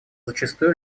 зачастую